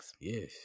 Yes